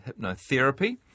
hypnotherapy